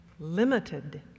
limited